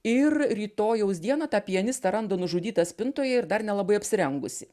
ir rytojaus dieną tą pianistą randa nužudytą spintoje ir dar nelabai apsirengusį